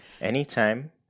anytime